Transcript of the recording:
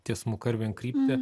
tiesmuka ir vienkryptė